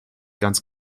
ganz